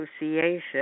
Association